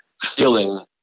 feeling